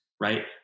right